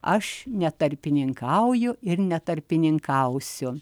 aš netarpininkauju ir netarpininkausiu